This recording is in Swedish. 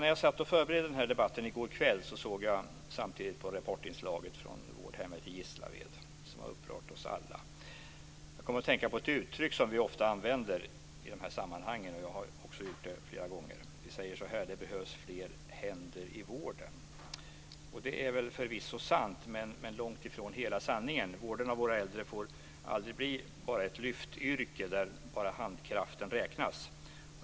När jag satt och förberedde denna debatt i går kväll såg jag samtidigt på Rapportinslaget från vårdhemmet i Gislaved, som ju har upprört oss alla. Jag kom att tänka på ett uttryck som vi ofta använder i de här sammanhangen - jag har också gjort det flera gånger. Vi säger så här: Det behövs fler händer i vården. Det är förvisso sant, men långt ifrån hela sanningen. Vården av våra äldre får aldrig bli bara ett lyftyrke, där endast handkraften räknas.